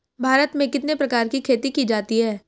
भारत में कितने प्रकार की खेती की जाती हैं?